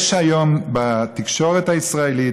יש היום בתקשורת הישראלית,